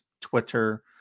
Twitter